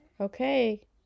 Okay